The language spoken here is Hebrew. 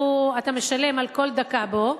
אתה משלם על כל דקה בו,